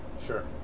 Sure